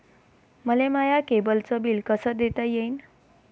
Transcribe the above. मले माया केबलचं बिल कस देता येईन?